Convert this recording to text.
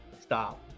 Stop